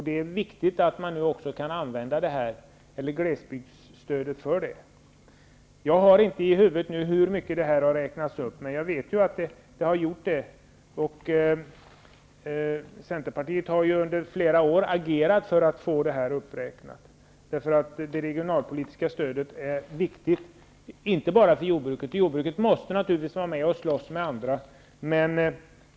Det är viktigt att man kan använda det. Jag har inte i huvudet hur mycket det har räknats upp, men jag vet att det har räknats upp. Centerpartiet har under flera år agerat för det. Det regionalpolitiska stödet är viktigt, inte bara för jordbruket. Jordbruket måste naturligtvis slåss med andra sektorer.